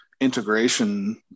integration